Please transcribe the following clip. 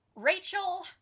Rachel